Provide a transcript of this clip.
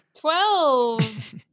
Twelve